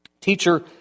Teacher